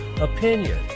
opinion